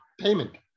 payment